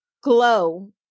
glow